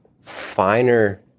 finer